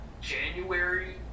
January